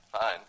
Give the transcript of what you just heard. fine